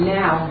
now